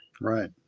Right